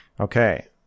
Okay